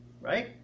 right